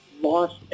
lost